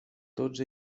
tots